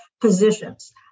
positions